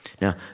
Now